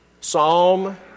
Psalm